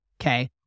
okay